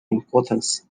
importance